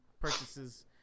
purchases